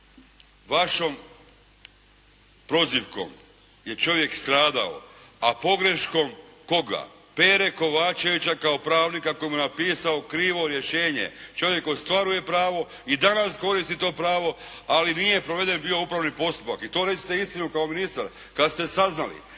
vašom prozivkom je čovjek stradao. A pogreškom koga? Pere Kovačevića kao pravnika koji mu je napisao krivo rješenje. Čovjek ostvaruje pravo i danas koristi to pravo ali nije proveden bio upravni postupak. I to recite istinu kao ministar. Kad ste saznali,